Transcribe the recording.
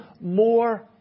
more